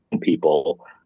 people